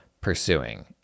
pursuing